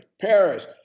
Paris